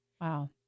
Wow